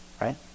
right